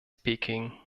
peking